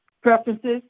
preferences